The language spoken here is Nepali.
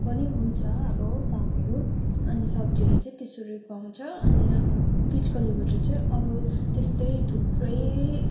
पनि हुन्छ अब दामहरू अनि सब्जीहरू चाहिँ त्यसरी पाउँछ अनि बिच गल्लीबाट चाहिँ अरू त्यस्तै थुप्रै